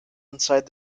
inside